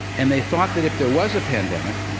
and they thought that if there was a pandemic,